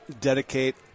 dedicate